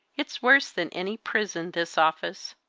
it's worse than any prison, this office!